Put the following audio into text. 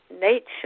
nature